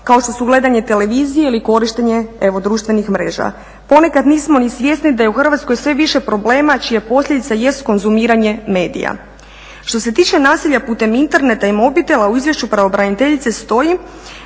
kao što su gledanje televizije ili korištenje evo društvenih mreža. Ponekad nismo ni svjesni da je u Hrvatskoj sve više problema čije posljedice jesu konzumiranje medija. Što se tiče nasilja putem interneta i mobitela u izvješću pravobraniteljice stoji